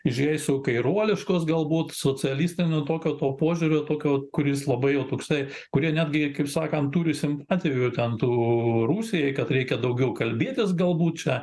žiūrėsiu kairuoliškos galbūt socialistiniu tokio tuo požiūriu tokio kuris labai jau toksai kurie netgi kaip sakant turi sim atveju ten tų rusijai kad reikia daugiau kalbėtis galbūt čia